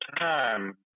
time